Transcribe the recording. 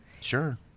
Sure